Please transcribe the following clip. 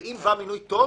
ואם בא מינוי טוב,